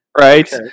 right